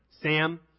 Sam